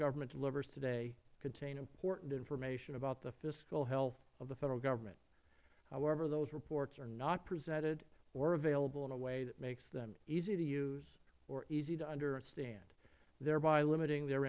government delivers today contain important information about the fiscal health of the federal government however those reports are not presented or available in a way that makes them easy to use or easy to understand thereby limiting their